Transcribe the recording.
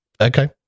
Okay